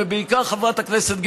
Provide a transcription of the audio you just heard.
ובעיקר, חברת הכנסת גרמן,